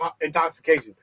intoxication